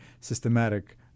systematic